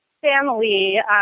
family